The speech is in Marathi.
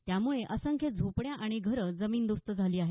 त्यामुळे असंख्य झोपड्या आणि घरं जमिनदोस्त झाली आहेत